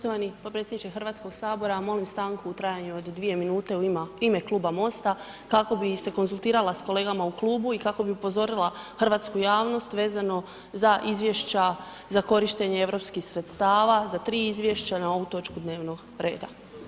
Poštovani potpredsjedniče Hrvatskog sabora, molim stanku u trajanju od 2 minute u ime kluba MOST-a kako bi se konzultirala s kolegama u klubu i kako bi upozorila hrvatsku javnost vezano za izvješća za korištenje europskih sredstava, za tri izvješća na ovu točku dnevnog reda.